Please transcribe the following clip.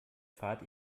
fahrt